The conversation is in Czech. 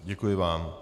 Děkuji vám.